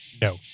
no